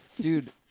Dude